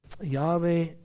Yahweh